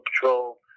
Patrol